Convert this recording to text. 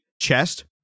chest